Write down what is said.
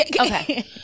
Okay